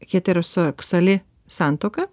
heteroseksuali santuoka